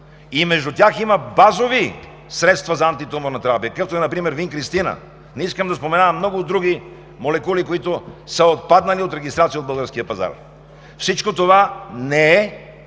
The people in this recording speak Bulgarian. Между тях има базови средства за антитуморна терапия, каквато е например винкристин. Не искам да споменавам много други молекули, които са отпаднали от регистрация от българския пазар. Всичко това не е